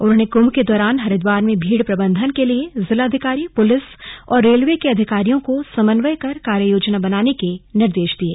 उन्होंने कुंभ के दौरान हरिद्वार में भीड़ प्रबंधन के लिए जिलाधिकारी पुलिस और रेलवे के अधिकारियों को समन्वय कर कार्य योजना बनाने के निर्देश दिये